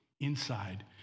inside